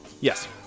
Yes